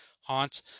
haunt